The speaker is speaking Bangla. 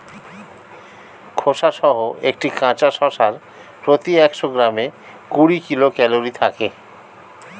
খোসাসহ একটি কাঁচা শসার প্রতি একশো গ্রামে কুড়ি কিলো ক্যালরি থাকে